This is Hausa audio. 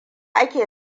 ake